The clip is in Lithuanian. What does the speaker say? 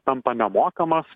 tampa nemokamas